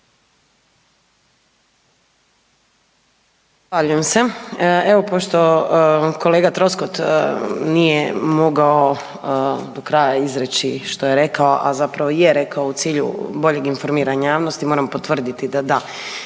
Zahvaljujem se. Evo pošto kolega Troskot nije mogao do kraja izreći što je rekao, a zapravo je rekao u cilju boljeg informiranja javnosti, moram potvrditi da da,